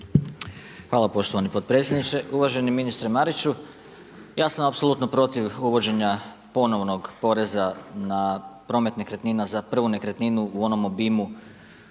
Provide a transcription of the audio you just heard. Hvala poštovani potpredsjedniče. Uvaženi ministre Mariću, ja sam apsolutno protiv uvođenja ponovnog poreza na promet nekretnina za prvu nekretninu u onom obimu